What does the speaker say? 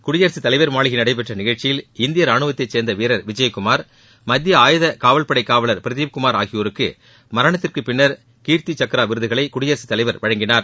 குடியரசுத் தலைவர் மாளிகையில் நடைபெற்ற நிகழ்ச்சியில் இந்திய ராணுவத்தை சேர்ந்த வீரர் விஜயகுமார் மத்திய ஆயுத காவல்படை காவலர் பிரதீப்குமார் ஆகியோருக்கு மரணத்திற்கு பின்னர் கீர்த்தி சக்ரா விருதுகளை குடியரசுத் தலைவர் வழங்கினார்